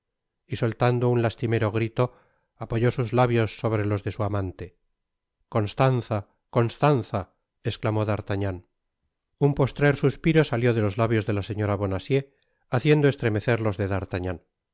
y soltando un lastimero grito apoyó sus labios sobre los de su amante constanza constanzal esclamó d'artagnan un postrer suspiro salió de los labios de la señora bonacieux haciendo estremecer los de d'artagnan